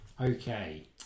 Okay